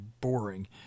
boring